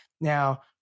Now